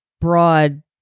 broad